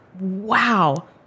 wow